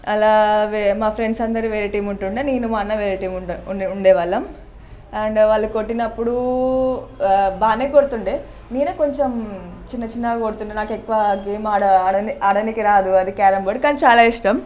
అలాగే మా ఫ్రెండ్స్ అందరు వేరే టీం ఉంటుండే నేను మా అన్న వేరే టీం ఉండే ఉండే వాళ్ళం అండ్ వాళ్ళు కొట్టినప్పుడు బాగా కొడుతుండే నేనే కొంచెం చిన్నచిన్నగా కొడుతుండే నాకు ఎక్కువ గేమ్ ఆడ ఆడడానికి రాదు అది క్యారమ్ బోర్డు కానీ చాలా ఇష్టం